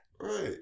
Right